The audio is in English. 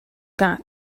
got